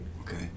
Okay